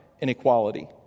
inequality